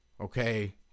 okay